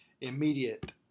immediate